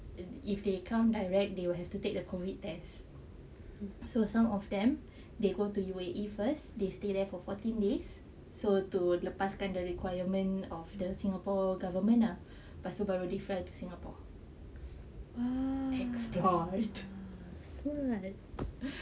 and if they come direct they will have to take the COVID test so some of them they go to U_A_E first they stay there for fourteen days so to lepaskan the requirement of the singapore government ah lepas tu baru they fly to singapore expert